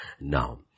now